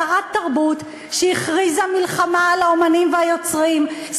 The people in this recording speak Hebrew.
שרת תרבות שהכריזה מלחמה על האמנים והיוצרים,